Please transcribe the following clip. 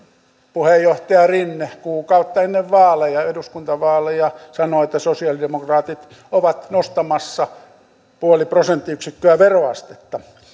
puheenjohtaja rinne kuukautta ennen eduskuntavaaleja sanoi että sosialidemokraatit ovat nostamassa puoli prosenttiyksikköä veroastetta